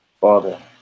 Father